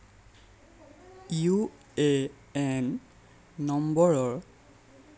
U A N নম্বৰৰ